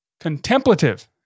contemplative